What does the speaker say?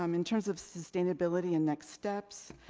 um in terms of sustainability and next steps,